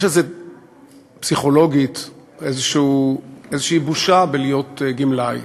יש פסיכולוגית איזושהי בושה בלהיות גמלאי.